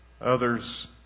Others